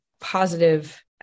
positive